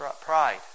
pride